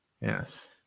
yes